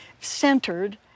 centered